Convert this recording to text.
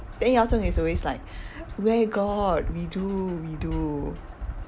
then yao zhong is always like where got we do we do